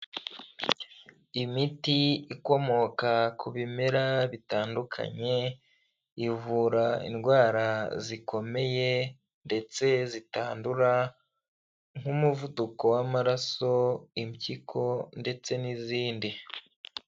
Imiti ikomoka ku bimera bitandukanye, ivura indwara zikomeye ndetse zitandura nk'umuvuduko w'amaraso, impyiko ndetse n'izindi.